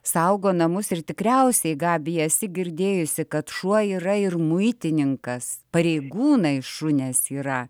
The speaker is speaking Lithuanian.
saugo namus ir tikriausiai gabija esi girdėjusi kad šuo yra ir muitininkas pareigūnai šunes yra